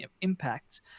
impact